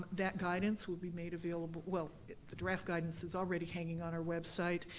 that guidance will be made available, well the draft guidance is already hanging on our website,